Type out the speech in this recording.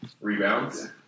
rebounds